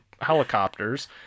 helicopters